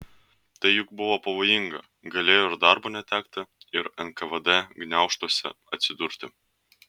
tai juk buvo pavojinga galėjo ir darbo netekti ir nkvd gniaužtuose atsidurti